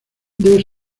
debe